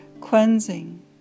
cleansing